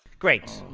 great,